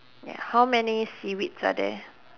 ya how many seaweeds are there